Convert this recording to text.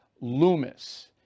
Loomis